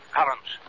Collins